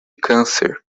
câncer